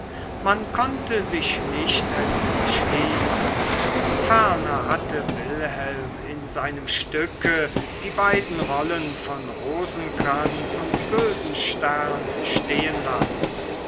man konnte sich nicht entschließen ferner hatte wilhelm in seinem stücke die beiden rollen von rosenkranz und güldenstern stehen lassen